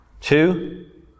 Two